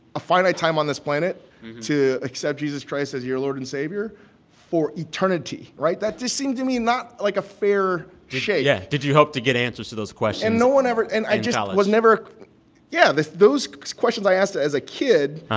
a finite time on this planet to accept jesus christ as your lord and savior for eternity, right? that just seemed to me not, like, a fair shake yeah. did you hope to get answers to those questions. and no one ever and i just. in college. ah was never yeah. this those questions i asked as a kid